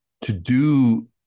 to-do